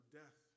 death